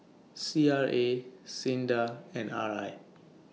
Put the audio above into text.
C R A SINDA and R I